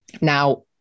Now